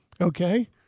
okay